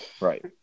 right